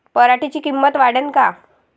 पराटीची किंमत वाढन का?